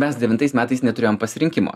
mes devintais metais neturėjom pasirinkimo